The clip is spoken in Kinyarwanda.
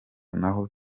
ntaho